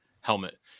helmet